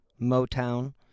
Motown